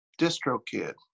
DistroKid